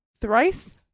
thrice